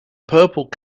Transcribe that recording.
purple